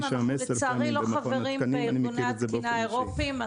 לצערי, אנחנו לא חברים בארגוני התקינה האירופאים.